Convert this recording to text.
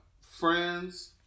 friends